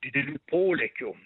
didelių polėkių